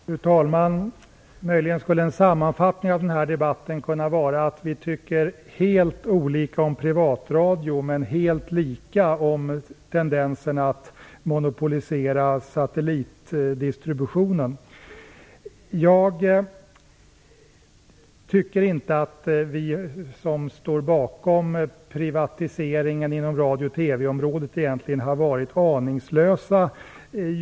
Fru talman! Möjligen skulle en sammanfattning av denna debatt kunna vara att vi tycker helt olika om privatradion men helt lika om tendenserna till monopolisering av satellitdistributionen. Jag tycker inte att vi som står bakom privatiseringen inom radio och TV-området egentligen har varit aningslösa.